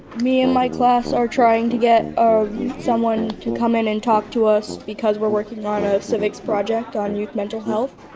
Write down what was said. me and my class are trying to get someone to come in and talk to us because we're working on ah a civics project on youth mental health.